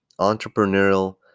entrepreneurial